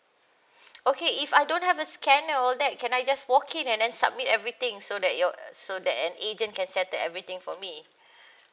okay if I don't have a scanner all that can I just walk in and then submit everything so that your so that an agent can settle everything for me